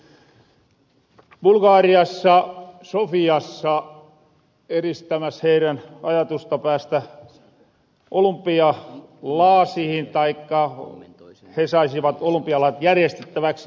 olin juuri bulgariassa sofiassa edistämäs heidän ajatusta päästä olumpialaasihin taikka he saisivat olumpialaaset järjestettäväksi